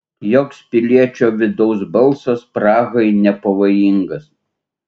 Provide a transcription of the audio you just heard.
joks piliečio vidaus balsas prahai nepavojingas